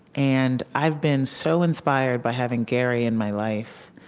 and i've been so inspired by having gary in my life